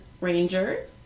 ranger